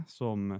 som